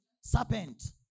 Serpent